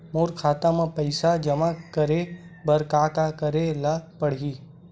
मोर खाता म पईसा जमा करे बर का का करे ल पड़हि?